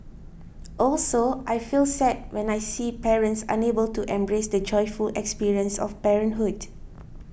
also I feel sad when I see parents unable to embrace the joyful experience of parenthood